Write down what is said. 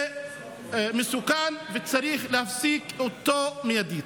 זה מסוכן, וצריך להפסיק את זה מיידית.